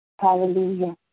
Hallelujah